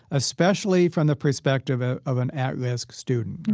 especially from the perspective ah of an at-risk student?